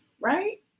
right